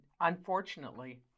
unfortunately